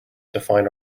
define